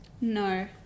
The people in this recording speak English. no